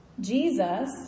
Jesus